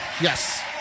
yes